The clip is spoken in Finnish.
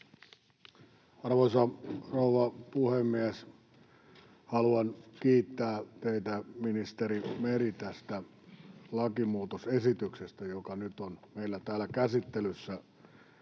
Arvoisa rouva puhemies! Haluan kiittää teitä, ministeri Meri, tästä lakimuutosesityksestä, joka nyt on meillä täällä käsittelyssä.